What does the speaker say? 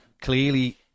Clearly